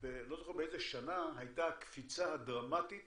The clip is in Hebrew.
אני לא זוכר באיזה שנה, שהייתה קפיצה דרמטית